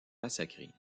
massacrés